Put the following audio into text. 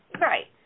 Right